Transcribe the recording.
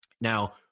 Now